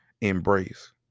embrace